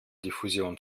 diffusion